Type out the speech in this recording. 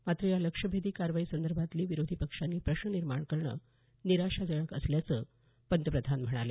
मात्र या लक्ष्यभेदी कारवाई संदर्भातही विरोधी पक्षांनी प्रश्न निर्माण करणं निराशाजनक असल्याचं पंतप्रधान म्हणाले